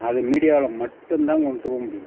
அது மீடியாவில் மட்டுந்தான் கொண்டுப் போக முடியும்